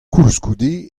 koulskoude